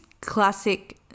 classic